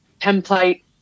template